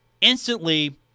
instantly